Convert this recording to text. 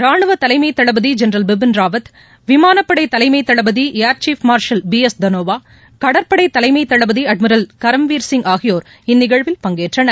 ரானுவ தலைமை தளபதி ஜெனரல் பிபின் ராவத் விமானப்படை தலைமை தளபதி air chief marshal B S Dhanoa கடற்படை தலைமை தளபதி அட்மிரல் கரம்வீர் சிங் ஆகியோர் இந்நிகழ்வில் பங்கேற்றனர்